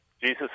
Jesus